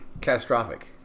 Catastrophic